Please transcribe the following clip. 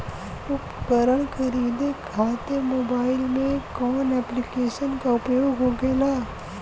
उपकरण खरीदे खाते मोबाइल में कौन ऐप्लिकेशन का उपयोग होखेला?